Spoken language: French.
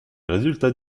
résultats